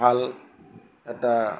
ভাল এটা